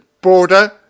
border